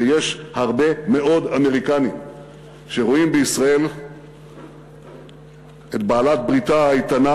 ויש הרבה מאוד אמריקנים שרואים בישראל את בעלת-בריתה האיתנה,